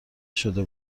شده